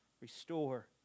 restore